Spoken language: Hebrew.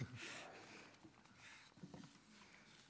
מה שנקרא.